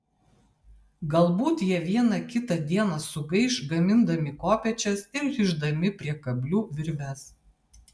galbūt jie vieną kitą dieną sugaiš gamindami kopėčias ir rišdami prie kablių virves